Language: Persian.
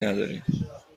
نداریم